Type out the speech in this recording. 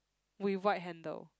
with white handle